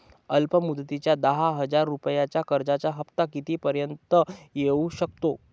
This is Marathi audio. अल्प मुदतीच्या दहा हजार रुपयांच्या कर्जाचा हफ्ता किती पर्यंत येवू शकतो?